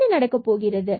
என்ன நடக்கப் போகிறது